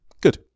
Good